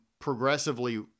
progressively